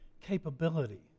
capability